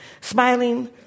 Smiling